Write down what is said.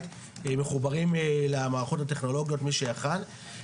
מחוברים למערכות הטכנולוגיות מי שיכול,